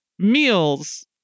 meals